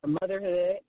motherhood